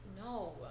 no